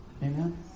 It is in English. Amen